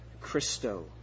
Christo